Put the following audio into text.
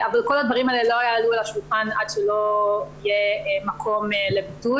אבל כל הדברים האלה לא יעלו על השולחן עד שלא יהיה מקום לביטוי.